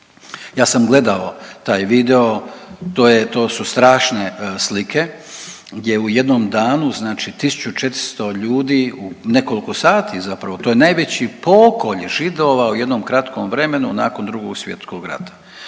ja sam gledao taj video to je to su strašne slike gdje u jednom danu znači 1400 ljudi u nekolko sati zapravo to je najveći pokolj Židova u jednom kratkom vremenu nakon Drugog svjetskog rata.